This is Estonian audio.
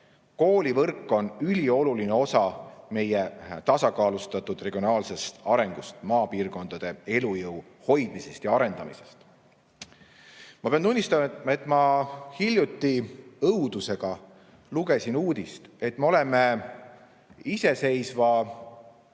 Koolivõrk on ülioluline osa meie tasakaalustatud regionaalsest arengust, maapiirkondade elujõu hoidmisest ja arendamisest. Ma pean tunnistama, et ma hiljuti õudusega lugesin uudist, et me oleme iseseisva